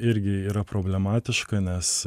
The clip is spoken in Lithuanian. irgi yra problematiška nes